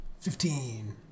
Fifteen